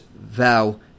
vow